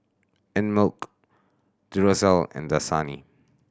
Einmilk Duracell and Dasani